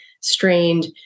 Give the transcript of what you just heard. strained